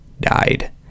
died